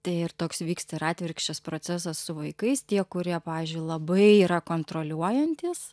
tai ir toks vyksta atvirkščias procesas su vaikais tie kurie pavyzdžiui labai yra kontroliuojantys